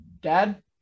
Dad